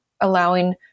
allowing